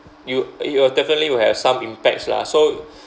it'll it'll definitely will have some impacts lah so